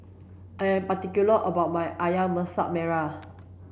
I am particular about my Ayam Masak Merah